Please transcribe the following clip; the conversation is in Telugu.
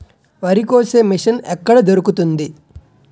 వరి కోసే మిషన్ ఎక్కడ దొరుకుతుంది?